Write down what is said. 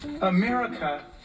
America